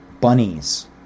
Bunnies